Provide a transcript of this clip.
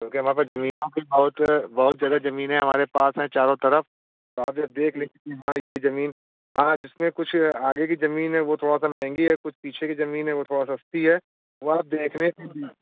क्योंकि हमारे पास ज़मीनों की बहुत बहुत जगह ज़मीनें हमारे पास हैं चारों तरफ़ आप जब देख लीजिए कि हाँ यह ज़मीन हाँ जिसमें कुछ आगे की ज़मीन है वह थोड़ी सी महँगी है कुछ पीछे की ज़मीन वह थोड़ी सस्ती है वह आप देखने से भी